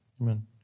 Amen